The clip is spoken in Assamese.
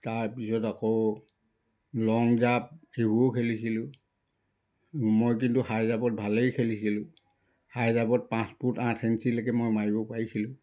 তাৰপিছত আকৌ লং জাপ এইবোৰো খেলিছিলোঁ মই কিন্তু হাই জাপত ভালেই খেলিছিলোঁ হাই জাপত পাঁচ ফুট আঠ এঞ্চিলৈকে মই মাৰিব পাৰিছিলোঁ